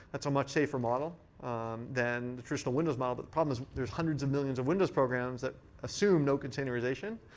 that's a much safer model than the traditional windows model. but the problem is there's hundreds of millions of windows programs that assume no containerization,